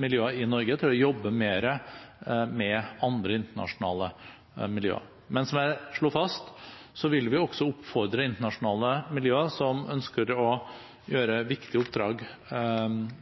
miljøer i Norge til å jobbe mer med andre internasjonale miljøer. Men som jeg slo fast, vil vi også oppfordre internasjonale miljøer som ønsker å gjøre viktige oppdrag